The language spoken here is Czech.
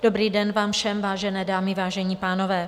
Dobrý den vám všem, vážené dámy, vážení pánové.